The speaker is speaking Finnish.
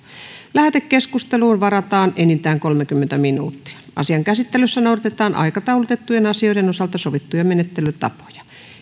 lähetekeskusteluun varataan enintään kolmekymmentä minuuttia asian käsittelyssä noudatetaan aikataulutettujen asioiden osalta sovittuja menettelytapoja